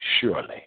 surely